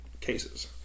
Cases